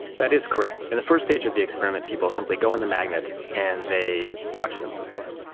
that is correct. in the first stage of the experiment people simply go in the magnet and they watch some movies.